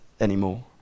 anymore